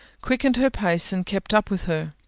quickened her pace and kept up with her.